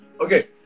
okay